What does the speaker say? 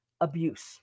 abuse